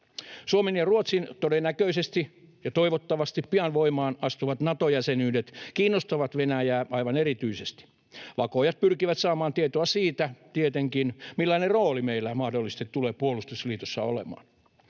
Suomen ja Ruotsin todennäköisesti ja toivottavasti pian voimaan astuvat Nato-jäsenyydet kiinnostavat Venäjää aivan erityisesti. Vakoojat pyrkivät saamaan tietoa siitä, tietenkin, millainen rooli meillä mahdollisesti tulee puolustusliitossa olemaan.